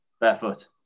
barefoot